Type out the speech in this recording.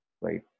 right